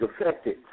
affected